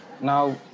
Now